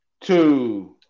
two